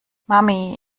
mami